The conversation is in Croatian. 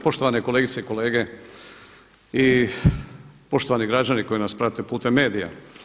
Poštovane kolegice i kolege i poštovani građani koji nas prate putem medija.